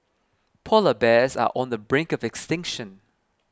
Polar Bears are on the brink of extinction